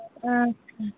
ᱟᱪᱪᱷᱟ